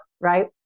right